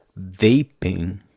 vaping